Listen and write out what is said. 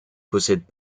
possèdent